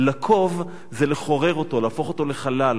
"לקוב" זה לחורר אותו, להפוך אותו לחלל.